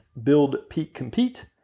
buildpeakcompete